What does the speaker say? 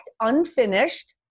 unfinished